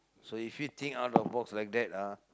so if you think out of the box like that ah